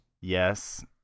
Yes